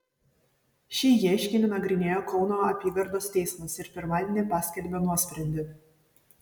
šį ieškinį nagrinėjo kauno apygardos teismas ir pirmadienį paskelbė nuosprendį